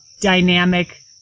dynamic